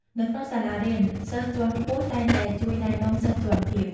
នៅក្នុងសាលារៀន សិស្សជាន់ខ្ពស់តែងតែជួយណែនាំសិស្សជាន់ទាប។